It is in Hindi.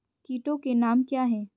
कीटों के नाम क्या हैं?